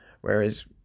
whereas